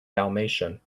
dalmatian